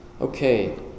Okay